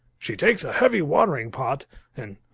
she takes a heavy watering pot and